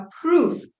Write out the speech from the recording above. proof